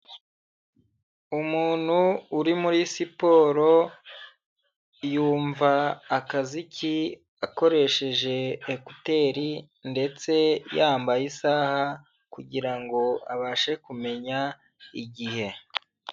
Umuntu uri muri siporo yumva akaziki akoresheje ekuteri ndetse yambaye isaha kugira ngo abashe kumenya igihe.